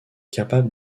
capable